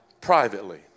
privately